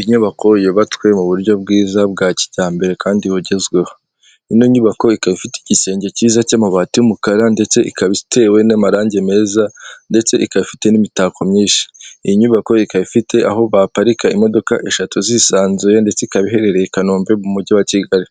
Inyubako yubatswe mu buryo bwiza bwa kijyambere kandi bugezweho, ino nyubako ikaba ifite igisenge kiza cy'amabati y'umukara ndetse ikaba itewe n'amarange meza ndetse ikaba ifite n'imitako myinshi, iyi nyubako ikaba ifite aho baparika imodoka eshatu zisanzuye ndetse ikaba iherereye i Kanombe mu mugi wa Kigali,